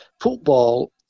football